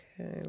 Okay